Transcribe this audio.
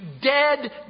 dead